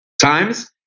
times